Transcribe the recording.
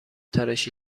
تراشی